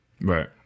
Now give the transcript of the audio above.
Right